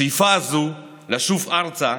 השאיפה הזו לשוב ארצה,